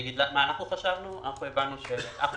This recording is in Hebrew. כשאנחנו